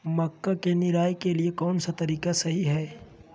मक्का के निराई के लिए कौन सा तरीका सही है?